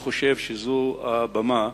אני חושב שזו הבמה